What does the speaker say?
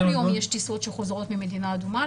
לא כל יום יש טיסות שחוזרות ממדינה אדומה.